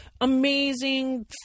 amazing